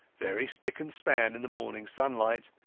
very spick and span in the morning sunlight,